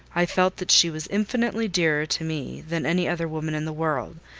i felt that she was infinitely dearer to me than any other woman in the world,